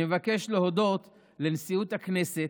אני מבקש להודות לנשיאות הכנסת